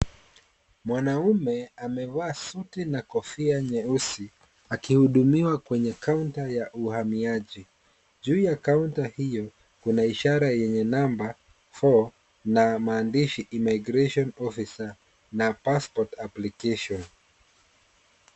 Mwanaume amevaa suti na kofia nyeusi akihudumiwa kwenye kaunta ya uhamiaji. Juu ya kaunta hiyo, kuna ishara yenye namba four na maandishi immigration officer na passport application .